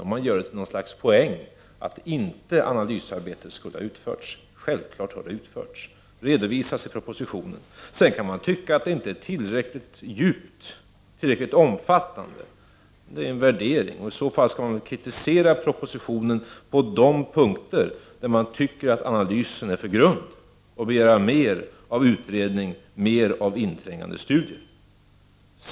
Man gör ett slags poäng av att analysarbetet inte skulle ha utförts. Självfallet har det utförts, och det redovisas också i propositionen. Man kan sedan tycka att analysarbetet inte är tillräckligt djupt och omfattande; det är en värdering. I så fall skall man kritisera propositionen på dé punkter där man tycker att analysen är för grund och begära mer av utredning och av inträngande studier.